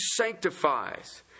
sanctifies